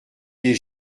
des